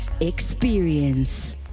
experience